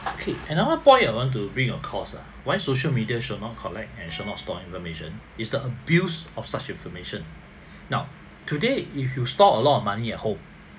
okay another point I want to bring your concern why social media shall not collect and shall not store information is the abuse of such information now today if you store a lot of money at home